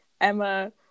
Emma